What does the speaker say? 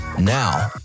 now